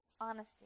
honesty